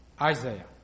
Isaiah